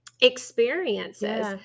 experiences